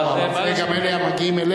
כך, גם אלה המגיעים אלינו.